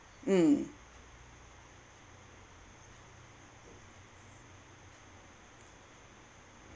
mm